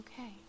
okay